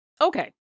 Okay